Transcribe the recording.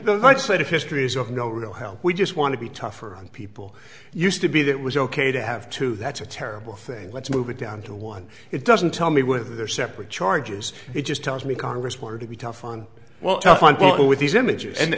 the right side of history is of no real help we just want to be tougher on people used to be that was ok to have to that's a terrible thing let's move it down to one it doesn't tell me whether they're separate charges it just tells me congress were to be tough on well tough on point with these images